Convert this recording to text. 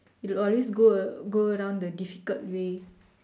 you always go go around the difficult way